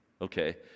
okay